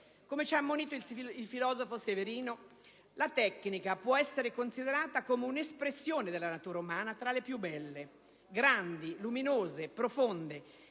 Come ci ha ammonito il filosofo Severino, la tecnica può essere considerata come un'espressione della natura umana tra le più belle, grandi, luminose, profonde.